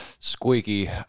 squeaky